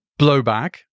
Blowback